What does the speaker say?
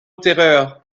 terreur